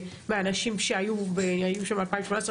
מאנשים שהיו שמה ב-2018,